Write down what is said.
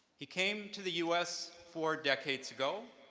he came to the us four decades ago,